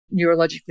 neurologically